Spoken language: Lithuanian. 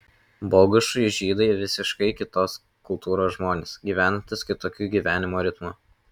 bogušui žydai visiškai kitos kultūros žmonės gyvenantys kitokiu gyvenimo ritmu